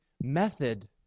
method